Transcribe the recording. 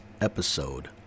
episode